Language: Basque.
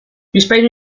bizpahiru